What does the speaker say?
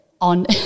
on